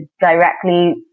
directly